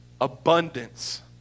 Abundance